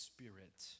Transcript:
Spirit